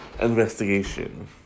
investigation